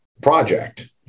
project